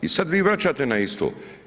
I sad vi vraćate na isto.